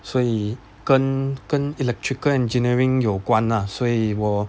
所以跟跟 electrical engineering 有关 lah 所以我